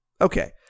Okay